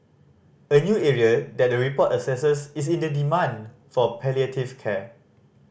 a new area that the report assesses is in the demand for palliative care